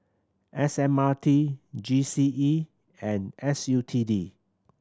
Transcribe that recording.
S M R T G C E and S U T D